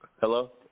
Hello